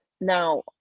Now